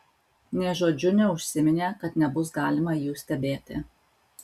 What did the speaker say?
nė žodžiu neužsiminė kad nebus galima jų stebėti